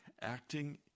Acting